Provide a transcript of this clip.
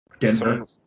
Denver